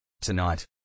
Tonight